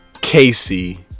Casey